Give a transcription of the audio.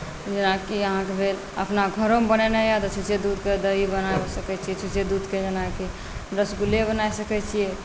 जेनाकि अहाँकेँ भेल अपना घरोमे बनेनाइ यए तऽ छुच्छे दूधके दही बना सकैत छियै छुच्छे दूधके जेनाकि रसगुल्ले बना सकैत छियै